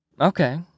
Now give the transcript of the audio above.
Okay